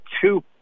two